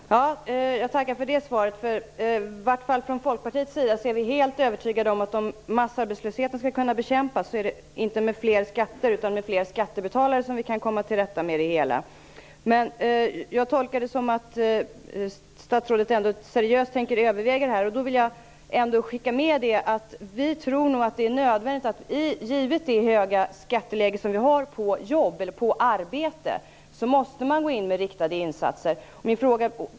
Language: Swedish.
Fru talman! Jag tackar för det svaret. Åtminstone vi inom Folkpartiet är helt övertygade om att ifall massarbetslösheten skall kunna bekämpas är det inte med fler skatter, utan med fler skattebetalare. Jag tolkar det som att statsrådet ändå seriöst tänker överväga detta, och jag vill därför skicka med att vi i Folkpartiet tror att givet det höga skatteläget på arbete måste man gå in med riktade insatser.